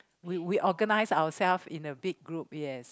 we we organise ourselves in a big group yes